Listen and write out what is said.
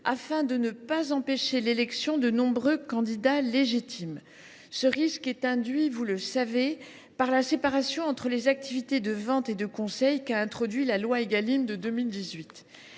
de ne pas empêcher l’élection de nombreux candidats légitimes. Ce risque est induit, vous le savez, par la séparation entre les activités de vente et de conseil qu’a introduite la loi du 30